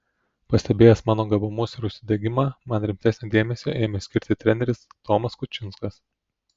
pastebėjęs mano gabumus ir užsidegimą man rimtesnio dėmesio ėmė skirti treneris tomas kučinskas